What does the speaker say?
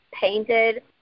painted